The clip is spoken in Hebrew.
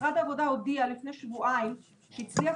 משרד העבודה הודיע לפני שבועיים שהוא הצליח